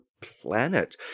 planet